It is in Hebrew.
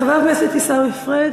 חבר הכנסת עיסאווי פריג',